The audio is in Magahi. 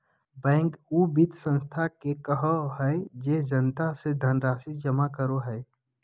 बैंक उ वित संस्था के कहो हइ जे जनता से धनराशि जमा करो हइ